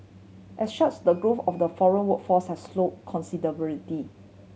as such the growth of the foreign workforce has slow